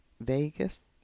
Vegas